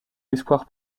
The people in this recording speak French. espoir